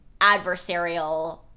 adversarial